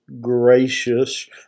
gracious